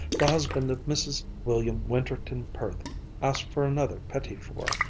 the husband of mrs. william winterton perth asked for another petit four,